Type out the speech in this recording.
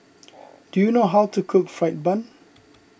do you know how to cook Fried Bun